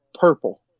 purple